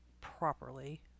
properly